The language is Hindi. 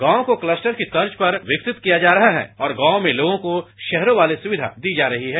गांव को क्लस्टर की तर्ज पर विकसित किया जा रहा है और गांव में लोगों को शहरों वाली सुविधा दी जा रही है